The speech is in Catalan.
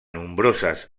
nombroses